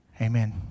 Amen